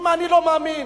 אם אני לא מאמין,